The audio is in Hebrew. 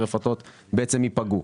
הרפתות בעצם ייפגעו.